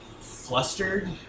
flustered